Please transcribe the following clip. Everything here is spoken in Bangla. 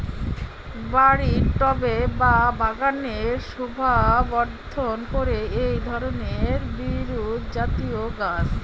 বাড়ির টবে বা বাগানের শোভাবর্ধন করে এই ধরণের বিরুৎজাতীয় গাছ